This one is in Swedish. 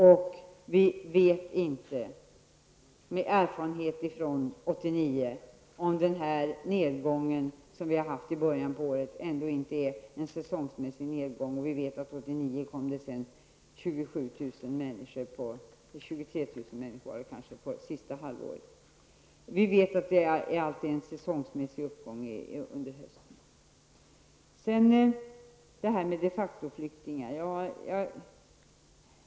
Vi vet mot bakgrund av erfarenheterna från 1989 inte om den nedgång som vi har haft bara är säsongsmässig. Det kom 23 000 personer under det sista halvåret 1989. Det är alltid en säsongmässig uppgång under hösten.